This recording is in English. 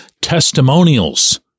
testimonials